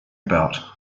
about